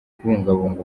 kubungabunga